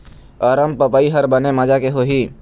अरमपपई हर बने माजा के होही?